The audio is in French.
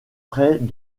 près